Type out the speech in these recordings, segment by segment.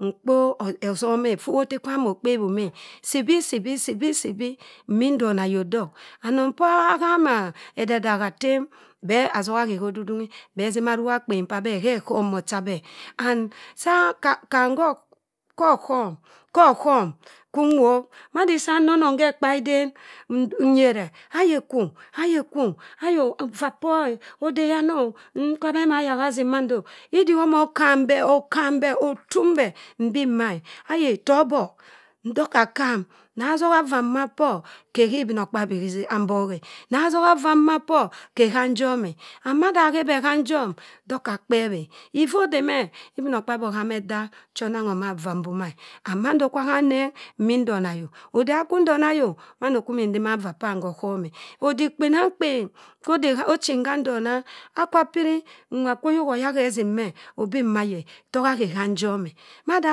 Mkpo osome ffa iwa otte kwam okpe bhim eh. Sibi, sibi. sibi, sibi imindona ayok dok. Anong p'ahama edadagha tem, beh asoha akhe ho ododunghi beh sima arugha akpen p'abeh ghe eghom mot chi abeh. And ham kho aghọm kwa nwop. Madi sa nne onọng khe ekpariden. Nyere, ayi kwu, ayi kwuayoh ivaa pọr eh odeyan o? Mm kwa abe ama ayakhe asim mando? Idi omọ kambe okambe afum be. Mbi mma e ayi tobok. Nndoka kam. na soha ivaa mba pọr, khe sii ibinokpabi ha mbok eh. And mada akhe beh khanjum. Doka kpewi eh iffa odey m eh ibinokpabi oham edaa cha onangho ma vaa mboma e. And mada kwa ham nneng imin ndona ayok. odema nwa kwin ndona ayok, mando kwi imin ntima vaa pam kho oghom e. Odik kpenamkpen kwo ochin gha ndona. akwa piri nwa kwo oyok oyaha assim meh abi mma ayi e togha aghe handum eh. Mada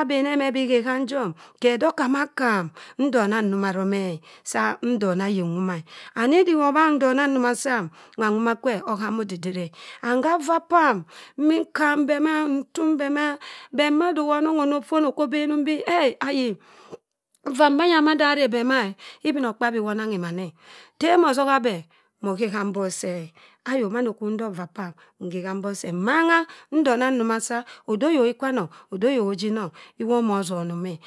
abene mo bi ghe ghanjum, khe do kam akam. Ndona njo domeh jaa ndona ayi nwoma e. And idi he obhang ndona ndoma samm. nwa nwoma kwe oham odidire eh. And kha vaa pamm, imin kham beh maa ntum bhe maa bek mada onong onofon okwu obenumbi eh, ayi ivaa manya mada are beh ma eh ibinokpabi wo onanghi man eh. Teh masoha beh mo ghe gha mbok seh e. Ayoh mando kwu ntok va pamm nghe kha mbok seh. Mmangha ndona nsoma sa, ode oyok ikwanung ode oyok oji nang iwa omo sonim eh.